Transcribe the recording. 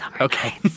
Okay